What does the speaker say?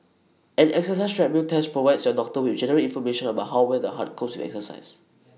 an exercise treadmill test provides your doctor with general information about how well the heart copes with exercise